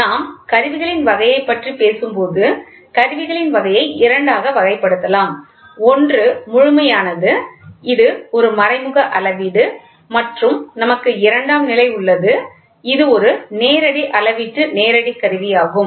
நாம் கருவிகளின் வகையைப் பற்றி பேசும்போது கருவிகளின் வகையை இரண்டாக வகைப்படுத்தலாம் ஒன்று முழுமையானது இது ஒரு மறைமுக அளவீடு மற்றும் நமக்கு இரண்டாம் நிலை உள்ளது இது ஒரு நேரடி அளவீட்டு நேரடி கருவியாகும்